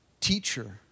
teacher